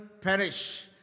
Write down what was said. perish